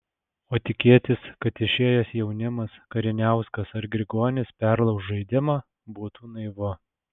o tikėtis kad išėjęs jaunimas kariniauskas ar grigonis perlauš žaidimą būtų naivu